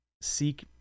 seek –